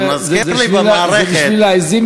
זה מזכיר לי את המערכת, זה בשביל העזים.